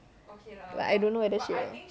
but I don't know whether she will